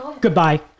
goodbye